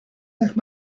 make